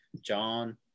John